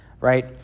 right